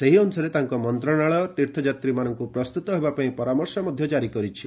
ସେହି ଅନୁସାରେ ତାଙ୍କ ମନ୍ତ୍ରଶାଳୟ ତୀର୍ଥଯାତ୍ରୀମାନଙ୍କୁ ପ୍ରସ୍ତୁତ ହେବା ପାଇଁ ପରାମର୍ଶ କାରି କରିଛି